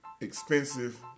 expensive